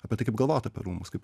apie tai kaip galvot apie rūmus kaip